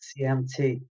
CMT